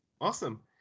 awesome